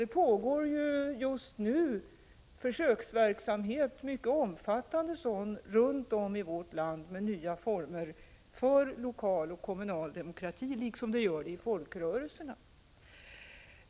Det pågår just nu en mycket omfattande försöksverksamhet runt om i vårt land med nya former för lokal och kommunal demokrati, på samma sätt som i folkrörelserna.